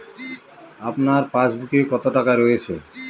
আপনার পাসবুকে কত টাকা রয়েছে?